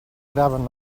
graven